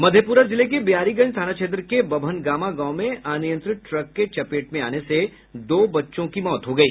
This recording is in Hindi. मधेपुरा जिले के बिहारीगंज थाना क्षेत्र के बभनगामा गांव में अनियंत्रित ट्रक के चपेट में आने से दो बच्चों की मौत हो गयी